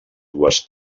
dues